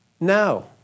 no